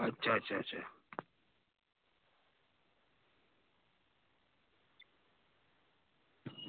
अच्छा अच्छा